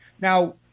Now